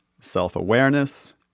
self-awareness